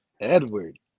Edward